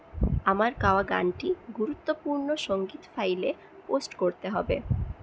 আমার গাওয়া গানটি গুরুত্বপূর্ণ সংগীত ফাইল এ পোস্ট করতে হবে